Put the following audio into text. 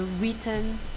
written